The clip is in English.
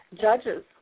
judges